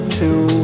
two